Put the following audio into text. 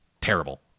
terrible